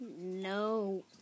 no